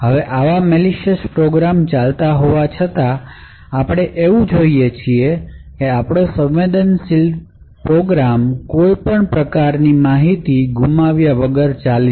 હવે આવા malicious program ચાલતા હોવા છતાં આપણે એવું જોઈએ છીએ કે આપણો સવેન્દંશિલ પ્રોગ્રામ કોઈપણ માહિતી ગુમાવ્યા વગર ચાલે